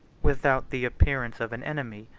without the appearance of an enemy,